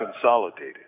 consolidated